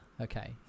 okay